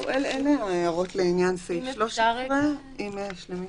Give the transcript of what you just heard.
אין הערות לעניין סעיף 13. אם יש למישהו?